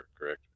correct